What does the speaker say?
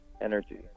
energy